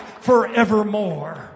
forevermore